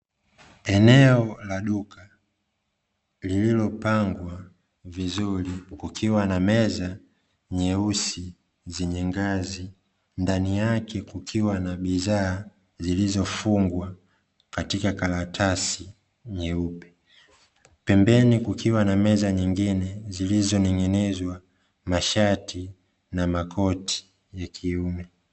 Eneo la duka lililopangwa vizuri kukiwa na meza nyeusi zenye ngazi, ndani yake kukiwa na bidhaa zilizofungwa katika karatasi nyeupe, pembeni kukiwa na meza nyingine zilizoning'inizwa mashati na makoti ya kiume.